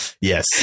Yes